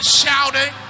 shouting